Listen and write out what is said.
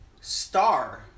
star